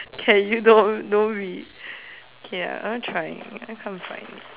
can you don't don't be okay lah I'm trying I can't find it